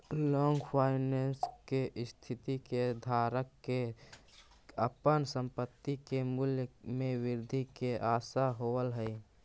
long finance के स्थिति में धारक के अपन संपत्ति के मूल्य में वृद्धि के आशा होवऽ हई